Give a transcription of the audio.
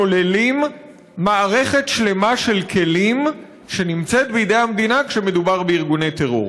שוללים מערכת שלמה של כלים שנמצאת בידי המדינה כשמדובר בארגוני טרור.